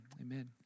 amen